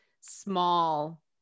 small